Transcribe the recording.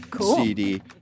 CD